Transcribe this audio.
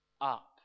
up